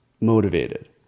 motivated